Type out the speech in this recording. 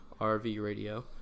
RVRADIO